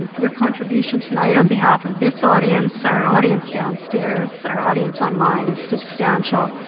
your contribution tonight on behalf of this audience, our audience downstairs, our audience online is substantial.